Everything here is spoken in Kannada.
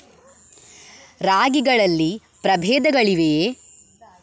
ರಾಗಿಗಳಲ್ಲಿ ಪ್ರಬೇಧಗಳಿವೆಯೇ?